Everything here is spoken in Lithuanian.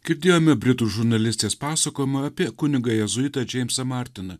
girdėjome britų žurnalistės pasakojimą apie kunigą jėzuitą džeimsą martiną